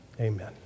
Amen